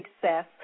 Success